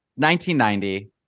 1990